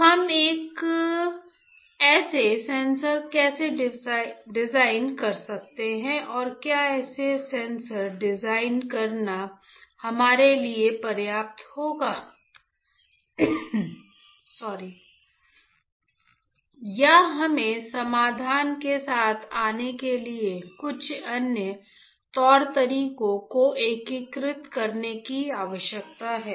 तो हम ऐसे सेंसर कैसे डिजाइन कर सकते हैं और क्या ऐसे सेंसर डिजाइन करना हमारे लिए पर्याप्त होगा या हमें समाधान के साथ आने के लिए कुछ अन्य तौर तरीकों को एकीकृत करने की आवश्यकता है